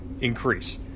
increase